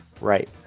Right